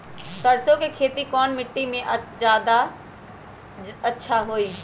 सरसो के खेती कौन मिट्टी मे अच्छा मे जादा अच्छा होइ?